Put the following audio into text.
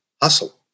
hustle